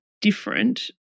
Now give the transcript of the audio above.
different